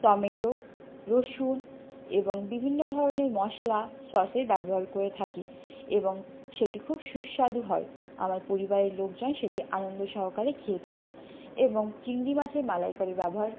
tomato রসুন এবং বিভিন্ন ধরনের মশলা সসে ব্যবহার করে থাকি এবং সেটি খুব সুস্বাদু হয় আমার পরিবারের লোকজন সেটি আনন্দ সহকারে খেয়ে থাকে এবং চিংড়ি মাছের মালাইকারি ব্যবহার